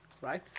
right